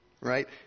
right